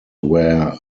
where